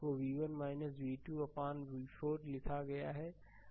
तो i3 को v1 v2 अपान v4 लिखा है